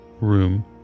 room